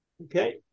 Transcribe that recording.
Okay